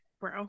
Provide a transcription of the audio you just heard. bro